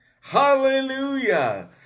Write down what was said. Hallelujah